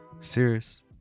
serious